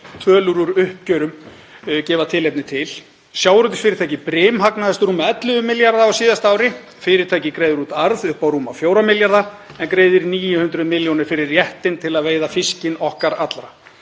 tölur úr uppgjörum gefa tilefni til. Sjávarútvegsfyrirtækið Brim hagnaðist um rúma 11 milljarða á síðasta ári. Fyrirtækið greiðir út arð upp á rúma 4 milljarða en greiðir 900 milljónir fyrir réttinn til að veiða fiskinn okkar allra.